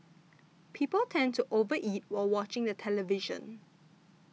people tend to over eat while watching the television